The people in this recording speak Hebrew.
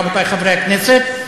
רבותי חברי הכנסת,